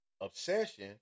obsession